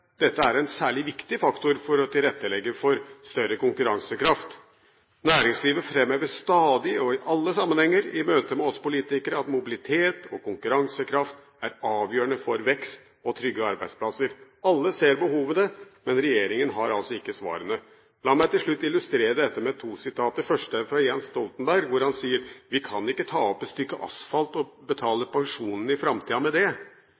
dette er en særlig viktig faktor for å tilrettelegge for større konkurransekraft. Næringslivet framhever stadig og i alle sammenhenger i møte med oss politikere at mobilitet og konkurransekraft er avgjørende for vekst og trygge arbeidsplasser. Alle ser behovene, men regjeringen har altså ikke svarene. La meg til slutt illustrere dette med to sitater. Det første er fra Jens Stoltenberg, hvor han sier: Vi kan ikke ta opp et stykke asfalt og betale pensjonene i framtida med det.